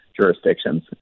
jurisdictions